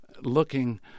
looking